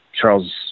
Charles